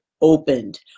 opened